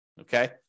Okay